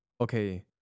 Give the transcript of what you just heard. okay